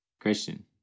Christian